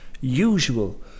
usual